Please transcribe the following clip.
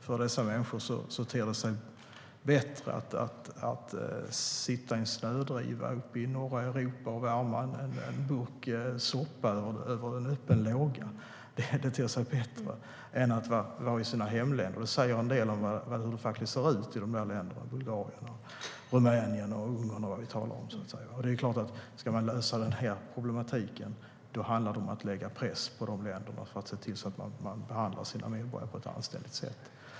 För dessa människor ter det sig bättre att sitta i en snödriva uppe i norra Europa och värma en burk soppa över en öppen låga än att vara i sina hemländer. Det säger en del om hur det faktiskt ser ut i länder som Bulgarien, Rumänien och Ungern. Om man ska lösa den här problematiken handlar det om att sätta press på dessa länder att behandla sina medborgare på ett anständigt sätt.